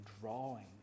drawing